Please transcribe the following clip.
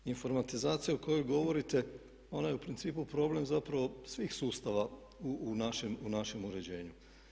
Informatizacija o kojoj govorite, ona je u principu problem zapravo svih sustava u našem uređenju.